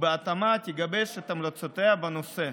ובהתאמה תגבש את המלצותיה בנושא.